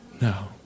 No